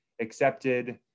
accepted